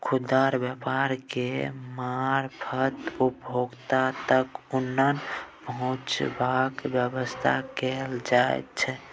खुदरा व्यापार केर मारफत उपभोक्ता तक अन्न पहुंचेबाक बेबस्था कएल जाइ छै